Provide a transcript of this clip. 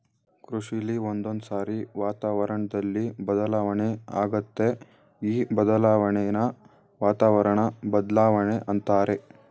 ಕೃಷಿಲಿ ಒಂದೊಂದ್ಸಾರಿ ವಾತಾವರಣ್ದಲ್ಲಿ ಬದಲಾವಣೆ ಆಗತ್ತೆ ಈ ಬದಲಾಣೆನ ವಾತಾವರಣ ಬದ್ಲಾವಣೆ ಅಂತಾರೆ